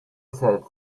said